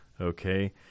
Okay